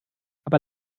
aber